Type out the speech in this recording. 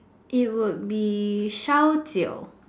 it would be 烧酒